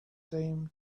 same